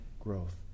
growth